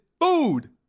food